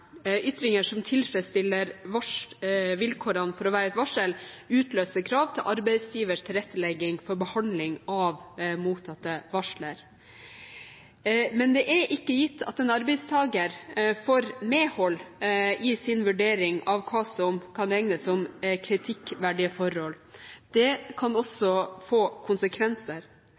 ytringer som tilfredsstiller vilkårene for å være et varsel, utløser krav til arbeidsgivers tilrettelegging for behandling av mottatte varsler – men det er ikke gitt at en arbeidstaker får medhold i sin vurdering av hva som kan regnes som kritikkverdige forhold. Det kan også få konsekvenser,